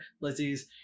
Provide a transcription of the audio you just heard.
Lizzie's